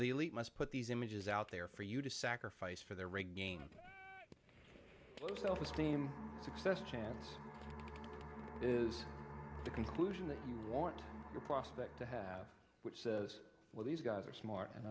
the elite must put these images out there for you to sacrifice for their regain self esteem success chance is the conclusion that you want the prospect to have which says well these guys are smart and